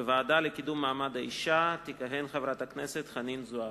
בוועדה לקידום מעמד האשה תכהן חברת הכנסת חנין זועבי.